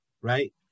right